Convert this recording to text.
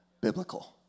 biblical